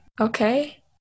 Okay